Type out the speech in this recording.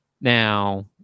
Now